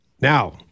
now